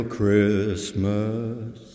Christmas